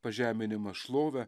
pažeminimas šlove